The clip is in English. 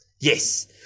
Yes